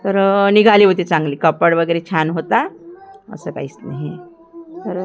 तर निघाली होती चांगली कापड वगैरे छान होता असं काहीच नाही तर